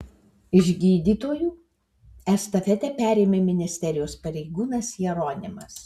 iš gydytojų estafetę perėmė ministerijos pareigūnas jeronimas